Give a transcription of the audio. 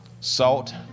Salt